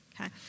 okay